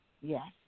Yes